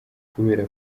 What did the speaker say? kubera